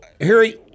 Harry